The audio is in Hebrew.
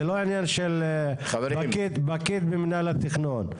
זה לא עניין של פקיד מינהל התכנון.